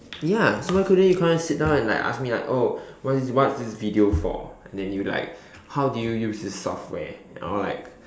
ya so why couldn't you come and sit down and like ask me like oh what is what's this video for and then you like how do you use this software or like